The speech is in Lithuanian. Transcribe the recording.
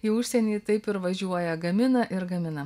į užsienį taip ir važiuoja gamina ir gamina